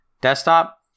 desktop